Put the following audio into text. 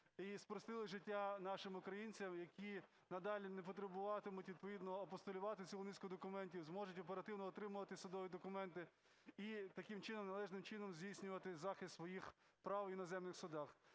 і спростили життя нашим українцям, які надалі не потребуватимуть відповідно апостилювати цілу низку документів, зможуть оперативно отримувати судові документи і таким чином належним чином здійснювати захист своїх прав в іноземних судах.